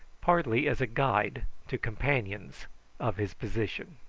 partly as a guide to companions of his position.